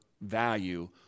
value